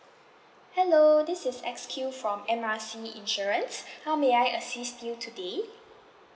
hello this is X Q from M R C insurance how may I assist you today